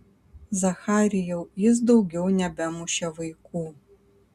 zacharijau jis daugiau nebemušė vaikų